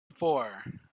four